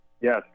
Yes